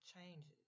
changes